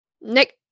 Nick